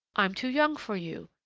i'm too young for you,